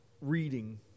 reading